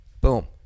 Boom